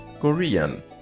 Korean